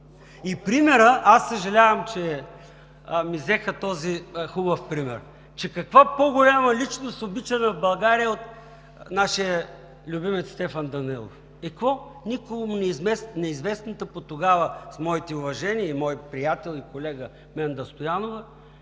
Примерът, съжалявам, че ми взеха този хубав пример, че каква по-голяма обичана личност в България от нашия любимец Стефан Данаилов? И какво? Никому неизвестната тогава, моите уважения за моя приятел и колега Менда Стоянова,